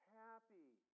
happy